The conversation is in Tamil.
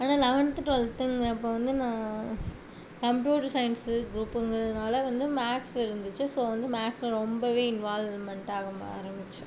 ஆனால் லெவென்த் டுவெல்த்துங்கிறப்ப வந்து நான் கம்ப்யூட்டர் சயின்ஸ் குரூப்புங்கிறதினால வந்து மேத்ஸ் இருந்துச்சு ஸோ வந்து மேத்ஸ்ல ரொம்பவே இன்வால்வ்மென்ட்டாக ஆரமித்தேன்